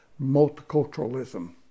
multiculturalism